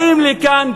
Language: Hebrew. באים לכאן,